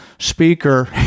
speaker